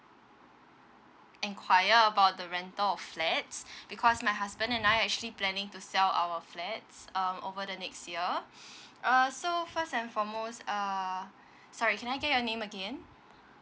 enquire about the rental of flats because my husband and I actually planning to sell our flats um over the next year uh so first and foremost err sorry can I get your name again